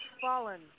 fallen